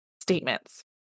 statements